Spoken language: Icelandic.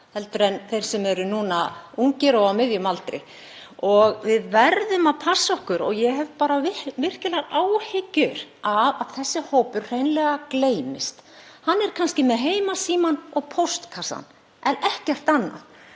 veruleika en þeir sem eru ungir og á miðjum aldri. Við verðum að passa okkur og ég hef bara virkilega áhyggjur að því að þessi hópur hreinlega gleymist. Hann er kannski með heimasímann og póstkassann en ekkert annað.